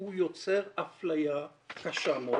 הוא יוצר אפליה קשה מאוד,